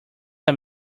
are